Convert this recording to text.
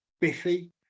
biffy